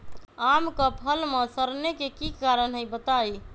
आम क फल म सरने कि कारण हई बताई?